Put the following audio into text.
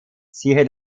siehe